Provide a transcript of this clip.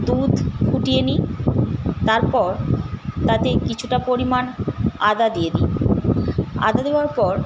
দুধ ফুটিয়ে নিই তারপর তাতে কিছুটা পরিমাণ আদা দিয়ে দিই আদা দেওয়ার পর